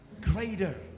greater